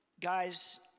guys